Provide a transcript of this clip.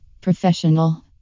Professional